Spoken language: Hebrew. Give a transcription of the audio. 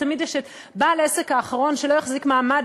ותמיד יש בעל העסק האחרון שלא החזיק מעמד